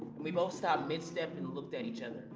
we both stopped mid step and looked at each and